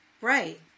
Right